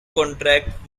contract